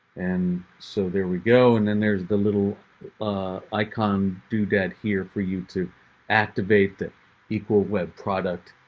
and so there we go. and then there's the little icon doodad here for you to activate the equal web product,